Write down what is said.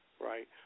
right